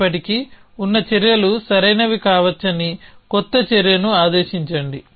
ఇప్పటికే ఉన్న చర్యలు సరైనవి కావచ్చని కొత్త చర్యను ఆదేశించండి